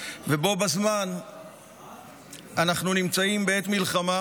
ובו-בזמן אנחנו נמצאים בעת מלחמה,